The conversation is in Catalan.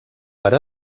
per